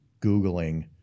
Googling